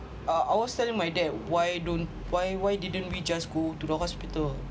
I was telling my dad why don't why why didn't we just go to the hospital